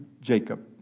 Jacob